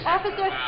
Officer